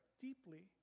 deeply